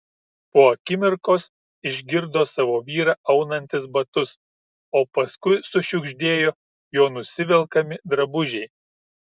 po akimirkos išgirdo savo vyrą aunantis batus o paskui sušiugždėjo jo nusivelkami drabužiai